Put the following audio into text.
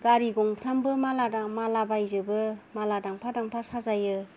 गारि गंफ्रामबो माला बायजोबो माला दांफा दांफा साजायो